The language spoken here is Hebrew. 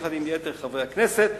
יחד עם יתר חברי הכנסת,